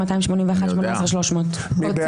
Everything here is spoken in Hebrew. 17,961 עד 17,980. מי בעד?